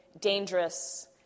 dangerous